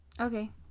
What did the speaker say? Okay